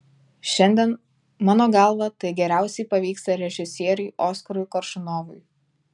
šiandien mano galva tai geriausiai pavyksta režisieriui oskarui koršunovui